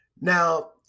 Now